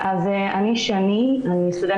ואני אשמח להציג לכם דוח שערכנו בקרב